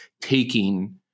taking